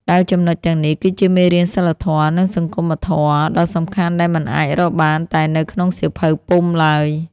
ដែលចំណុចទាំងនេះគឺជាមេរៀនសីលធម៌ និងសង្គមធម៌ដ៏សំខាន់ដែលមិនអាចរកបានតែនៅក្នុងសៀវភៅពុម្ពឡើយ។